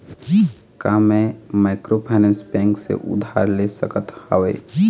का मैं microfinance bank से उधार ले सकत हावे?